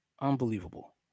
Unbelievable